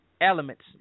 elements